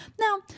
Now